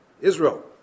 Israel